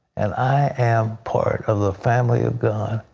and i am part of the family of god.